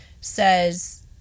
says